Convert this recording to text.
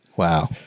Wow